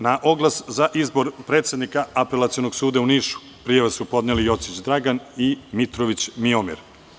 Na oglas za izbor predsednika Apelacionog suda u Nišu prijave su podneli Jocić Dragan i Mitrović Miomir.